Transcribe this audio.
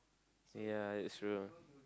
ya it's true